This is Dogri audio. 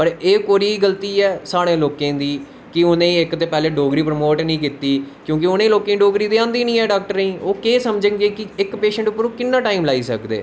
पर एह् कोह्दी गल्ती ऐ साढ़े लोकें दी कि इक ते उनैं पैह्लें डोगरी प्रमोट नी कीती क्योंकि उनें लोकें गी डोगरी आंदी नी ऐ डाकेटरें गी ओह् केह् समझन गे कि इक पेशैंट पर किन्ना टाईम लाई सकदे